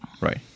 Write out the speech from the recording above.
right